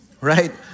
right